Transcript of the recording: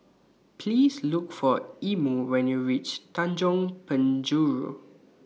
Please Look For Imo when YOU REACH Tanjong Penjuru